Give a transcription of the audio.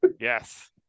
Yes